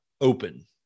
open